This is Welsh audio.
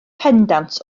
pendant